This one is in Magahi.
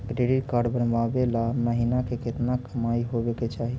क्रेडिट कार्ड बनबाबे ल महीना के केतना कमाइ होबे के चाही?